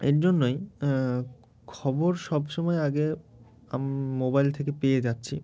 এর জন্যই খবর সব সময় আগে মোবাইল থেকে পেয়ে যাচ্ছি